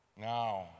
Now